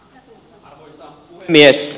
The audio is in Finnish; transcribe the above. arvoisa puhemies